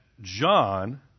John